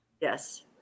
Yes